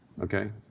Okay